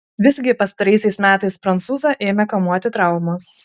visgi pastaraisiais metais prancūzą ėmė kamuoti traumos